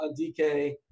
dk